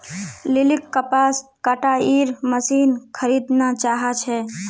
लिलीक कपास कटाईर मशीन खरीदना चाहा छे